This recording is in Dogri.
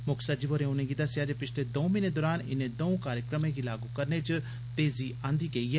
मुक्ख सचिव होरें उनेंगी दस्सेआजे पिछले दर्ऊ म्हीने दरान इनें दऊं कार्यक्रमें गी लागू करने च तेजी आंदी गेदी ऐ